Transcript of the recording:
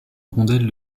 rondelle